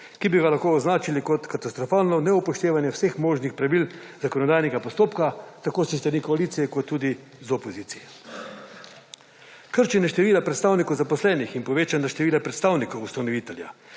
ki bi ga lahko označili kot katastrofalno neupoštevanje vseh možnih pravil zakonodajnega postopka, tako s strani koalicije kot tudi iz opozicije. Krčenje števila predstavnikov zaposlenih in povečanje števila predstavnikov ustanovitelja,